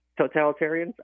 totalitarians